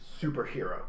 superhero